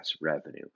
revenue